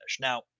Now